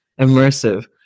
immersive